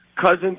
cousins